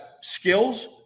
skills